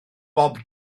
bob